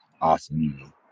awesome